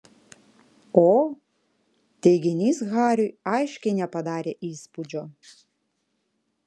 o teiginys hariui aiškiai nepadarė įspūdžio